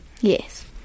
Yes